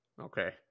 Okay